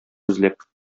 эзләп